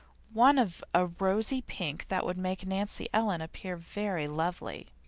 one of a rosy pink that would make nancy ellen appear very lovely.